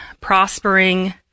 prospering